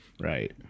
Right